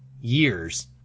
years